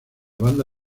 banda